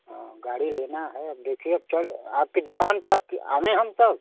हाँ गाड़ी लेना है अब देखिए अब चल आपकी दुकान तक की आँवे हम तब